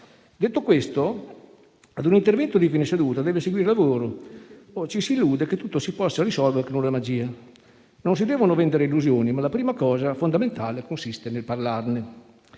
Detto questo, ad un intervento di fine seduta deve seguire il lavoro o ci si illude che tutto si possa risolvere con la magia. Non si devono vendere illusioni, ma la prima cosa fondamentale consiste nel parlarne